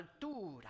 altura